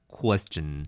question